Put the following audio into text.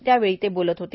त्यावेळी ते बोलत होते